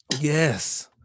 Yes